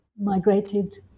migrated